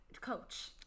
coach